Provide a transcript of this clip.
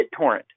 BitTorrent